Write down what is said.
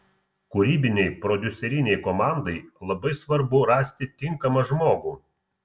kūrybinei prodiuserinei komandai labai svarbu rasti tinkamą žmogų